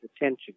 attention